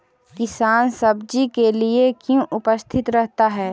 किसान सब्जी के लिए क्यों उपस्थित रहता है?